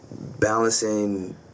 balancing